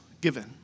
given